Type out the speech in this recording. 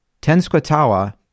Tenskwatawa